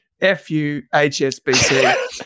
F-U-H-S-B-C